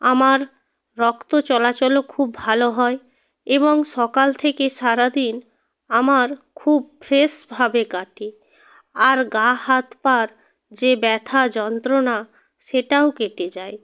আমার রক্ত চলাচলও খুব ভালো হয় এবং সকাল থেকে সারাদিন আমার খুব ফ্রেসভাবে কাটে আর গা হাত পার যে ব্যথা যন্ত্রণা সেটাও কেটে যায়